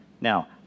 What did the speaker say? Now